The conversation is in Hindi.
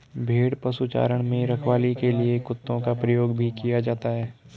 भेड़ पशुचारण में रखवाली के लिए कुत्तों का प्रयोग भी किया जाता है